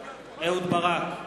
אהוד ברק,